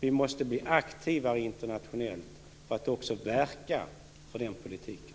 Vi måste blir aktivare internationellt för att också verka för den politiken.